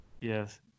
Yes